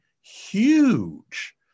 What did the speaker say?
huge